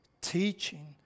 teaching